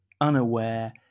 unaware